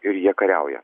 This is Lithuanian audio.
ir jie kariauja